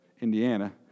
Indiana